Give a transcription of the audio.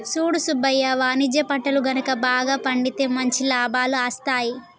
సూడు సుబ్బయ్య వాణిజ్య పంటలు గనుక బాగా పండితే మంచి లాభాలు అస్తాయి